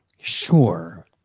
Sure